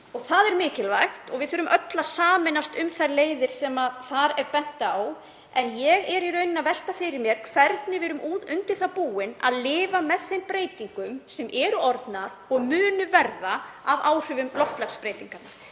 Það er mikilvægt og við þurfum öll að sameinast um þær leiðir sem þar er bent á. En ég er í rauninni að velta fyrir mér hvernig við erum undir það búin að lifa með þeim breytingum sem orðnar eru og munu verða af áhrifum loftslagsbreytinga.